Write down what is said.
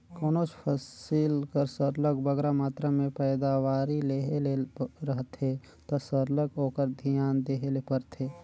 कोनोच फसिल कर सरलग बगरा मातरा में पएदावारी लेहे ले रहथे ता सरलग ओकर धियान देहे ले परथे